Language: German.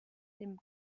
dem